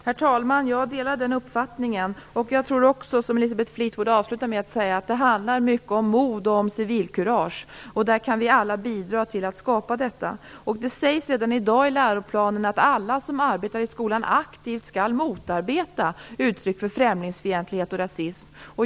Herr talman! Jag delar den uppfattningen, och jag tror också, som Elisabeth Fleetwood avslutade med att säga, att det handlar mycket om mod och civilkurage. Vi kan alla bidra till att skapa detta. Det sägs redan i dag i läroplanen att alla som aktivt arbetar i skolan skall motarbeta uttryck för främlingsfientlighet och rasism.